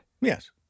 Yes